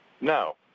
No